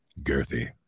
girthy